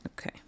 Okay